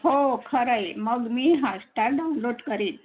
हो खरं आहे मग मी हाटस्टार डाउनलोड करीन